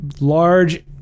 large